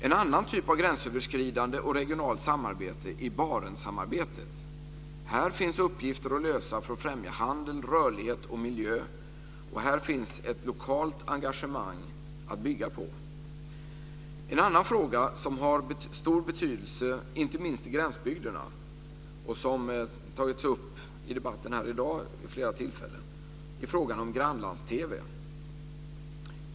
En annan typ av gränsöverskridande och regionalt samarbete är Barentssamarbetet. Här finns uppgifter att lösa för att främja handel, rörlighet och miljö. Här finns också ett lokalt engagemang att bygga på. En annan fråga som har stor betydelse, inte minst i gränsbygderna, och som tagits upp i debatten vid flera tillfällen i dag är frågan om grannlands-TV.